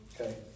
Okay